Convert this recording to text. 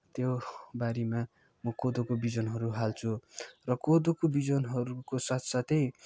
त्यो बारीमा म कोदोको बिजनहरू हाल्छु र कोदोको बिजनहरूको साथ साथै